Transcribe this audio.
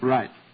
Right